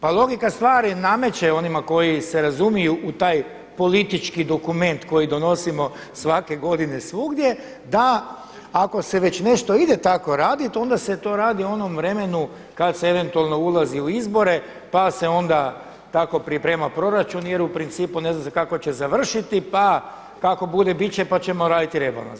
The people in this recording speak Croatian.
Pa logika stvari nameće onima koji se razumiju u taj politički dokument koji donosimo svake godine svugdje da ako se već nešto ide tako raditi onda se to radi u onom vremenu kad se eventualno ulazi u izbore pa se onda tako priprema proračun jer u principu ne zna se kako će završiti pa kako bude bit će pa ćemo raditi rebalans.